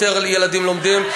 יותר ילדים לומדים.